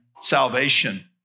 salvation